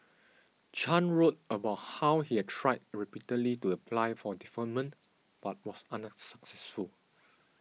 Chan wrote about how he had tried repeatedly to apply for deferment but was unsuccessful